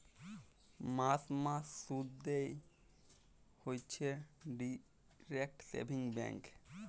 মাস মাস শুধ দেয় হইছে ডিইরেক্ট সেভিংস ব্যাঙ্ক